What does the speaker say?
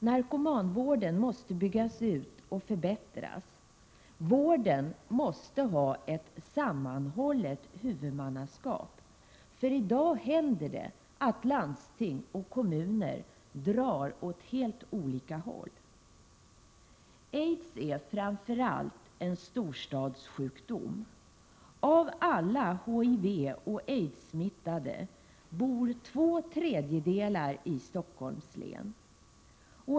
Narkomanvården måste byggas ut och förbättras. Vården måste ha ett sammanhållet huvudmannaskap. I dag händer det att landsting och kommuner drar åt helt olika håll. Aids är framför allt en storstadssjukdom. Av alla HIV-smittade och aids-sjuka bor två tredjedelar i Stockholms län.